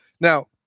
Now